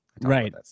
Right